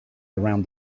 around